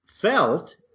felt